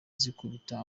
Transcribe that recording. zikubita